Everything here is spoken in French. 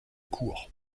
court